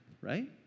right